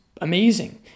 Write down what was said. amazing